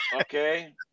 Okay